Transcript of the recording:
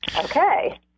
okay